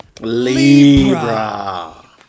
Libra